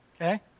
okay